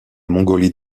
mongolie